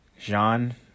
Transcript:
Jean